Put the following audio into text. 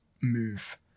move